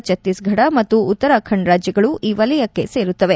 ಛತೀಸ್ಫಡ್ ಮತ್ತು ಉತ್ತರಾಖಂಡ್ ರಾಜ್ಗಳು ಈ ವಲಯಕ್ಕೆ ಸೇರುತ್ತವೆ